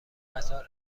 قطار